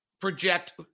project